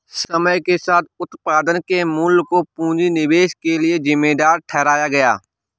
समय के साथ उत्पादन के मूल्य को पूंजी निवेश के लिए जिम्मेदार ठहराया गया